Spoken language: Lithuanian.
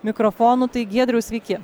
mikrofonų tai giedriau sveiki